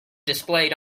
displayed